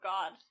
God